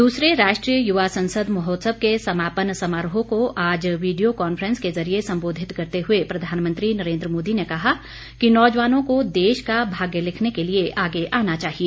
दूसरे राष्ट्रीय युवा संसद महोत्सव के समापन समारोह को आज वीडियो कांफ्रेंसिंग के जरिये संबोधित करते हुए प्रधानमंत्री नरेन्द्र मोदी ने कहा है कि नौजवानों को देश का भाग्य लिखने के लिए आगे आना चाहिए